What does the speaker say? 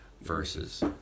verses